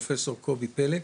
פרופ' קובי פלג,